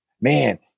man